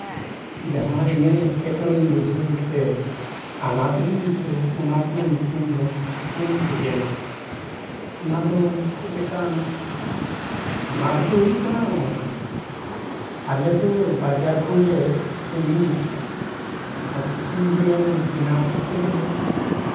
ᱡᱟᱦᱟᱸ ᱤᱧᱟᱹᱜ ᱮᱸᱴᱠᱮᱴᱚᱬᱮ ᱵᱩᱡᱷᱟᱹᱣ ᱥᱮ ᱟᱱᱟᱴ ᱜᱮᱧ ᱟᱹᱭᱠᱟᱹᱣ ᱚᱱᱟ ᱨᱮᱱᱟᱜ ᱧᱩᱛᱩᱢ ᱫᱚ ᱪᱤᱠᱮᱱ ᱵᱤᱨᱭᱟᱱᱤ ᱚᱱᱟ ᱫᱚ ᱪᱮᱫ ᱞᱮᱠᱟ ᱟᱱᱟᱴ ᱟᱱᱟᱴ ᱫᱚ ᱦᱩᱭᱩᱜ ᱠᱟᱱᱟ ᱱᱚᱝᱠᱟ ᱟᱞᱮ ᱫᱚ ᱵᱟᱡᱟᱨ ᱠᱷᱚᱱᱞᱮ ᱥᱟ ᱜᱤᱧ ᱧᱚᱜ ᱜᱮᱭᱟ ᱟᱨ ᱪᱤᱠᱮᱱ ᱵᱤᱨᱭᱟᱱᱤ ᱵᱮᱱᱟᱣ ᱠᱚᱨᱛᱮ ᱜᱮᱞᱮ